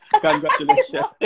Congratulations